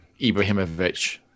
Ibrahimovic